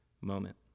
moment